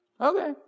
okay